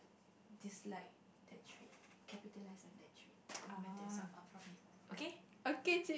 dislike that trait capitalise on that trait and yourself out of from it okay